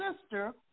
sister